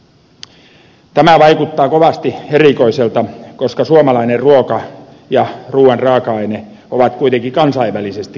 tämä vaikuttaa kovasti erikoiselta koska suomalainen ruoka ja ruuan raaka aine ovat kuitenkin kansainvälisesti kilpailukykyisiä